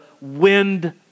wind